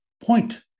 point